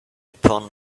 upon